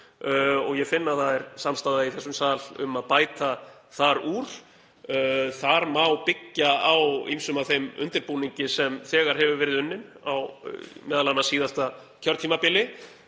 og ég finn að það er samstaða í þessum sal um að bæta þar úr. Þar má byggja á ýmsum af þeim undirbúningi sem þegar hefur verið unninn, m.a. á síðasta kjörtímabili.